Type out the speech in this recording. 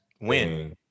win